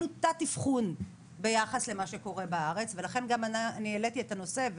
תת אבחון ביחס למה שקורה בארץ ולכן אני העליתי את הנושא.